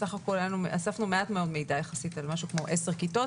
בסך הכול אספנו מעט מאוד מידע על משהו כמו עשר כיתות.